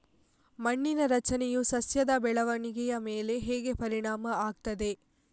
ಮಣ್ಣಿನ ರಚನೆಯು ಸಸ್ಯದ ಬೆಳವಣಿಗೆಯ ಮೇಲೆ ಹೇಗೆ ಪರಿಣಾಮ ಆಗ್ತದೆ?